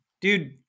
Dude